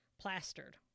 plastered